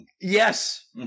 Yes